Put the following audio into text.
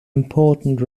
important